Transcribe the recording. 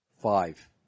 Five